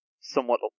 somewhat